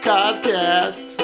Coscast